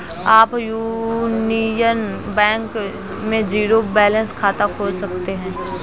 आप union bank में zero balance खाता खोल सकते हैं